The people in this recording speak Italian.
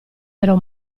ero